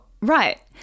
right